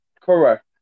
Correct